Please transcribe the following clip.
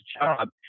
job